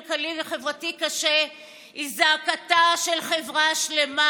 כלכלי וחברתי קשה היא זעקתה של חברה שלמה.